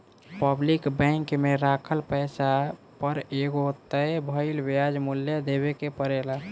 public bank में राखल पैसा पर एगो तय भइल ब्याज मूल्य देवे के परेला